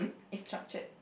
it's structured